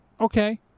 Okay